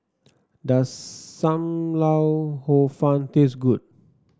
does Sam Lau Hor Fun taste good